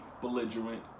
belligerent